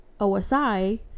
osi